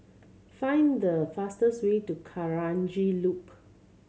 find the fastest way to Kranji Loop